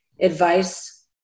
advice